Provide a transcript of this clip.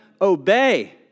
obey